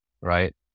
right